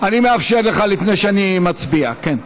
אני מאפשר לך לפני שאני מצביע, כן.